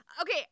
Okay